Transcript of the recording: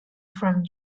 from